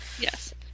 Yes